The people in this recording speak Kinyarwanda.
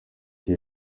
iyi